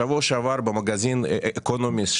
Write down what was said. בשבוע שעבר במגזין אקונומיסט,